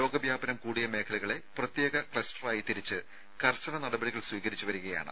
രോഗവ്യാപനം കൂടിയ മേഖലകളെ പ്രത്യേക ക്ലസ്റ്ററായി തിരിച്ച് കർശന നടപടികൾ സ്വീകരിച്ച് വരികയാണ്